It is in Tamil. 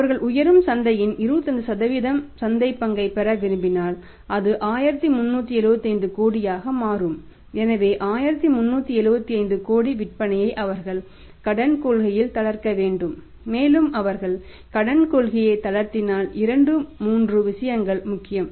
அவர்கள் உயரும் சந்தையின் 25 சந்தைப் பங்கைப் பெற விரும்பினால் அது 1375 கோடியாக மாறும் எனவே 1375 கோடி விற்பனையை அவர்கள் கடன் கொள்கையில் தளர்த்த வேண்டும் மேலும் அவர்கள் கடன் கொள்கையை தளர்த்தினால் இரண்டு மூன்று விஷயங்கள் முக்கியம்